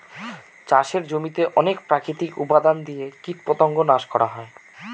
চাষের জমিতে অনেক প্রাকৃতিক উপাদান দিয়ে কীটপতঙ্গ নাশ করা হয়